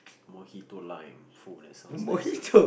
mojito lime !fuh! that sounds nice ah